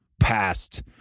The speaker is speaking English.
past